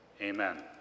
amen